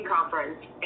Conference